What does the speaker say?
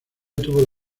tuvo